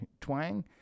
twang